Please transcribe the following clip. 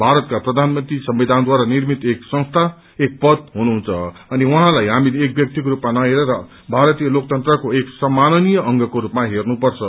भारतका प्रधानमन्त्री संविधानद्वारा निर्मित एक संस्था एक पद हुनुहुन्छ अनि उहाँलाई हामीले एक व्यक्तिको रूपमा नहेरेर भारतीय लोकतन्त्रको एक सम्मानीय अंगको रूपमा हेर्नुपर्छ